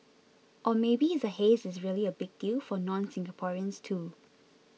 or maybe the haze is really a big deal for nonSingaporeans too